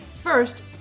First